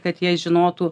kad jie žinotų